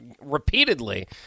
repeatedly